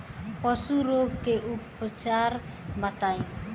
पशु रोग के उपचार बताई?